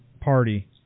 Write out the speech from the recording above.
party